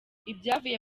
ibyavuye